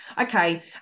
Okay